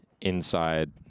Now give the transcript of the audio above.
inside